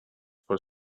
for